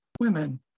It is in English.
women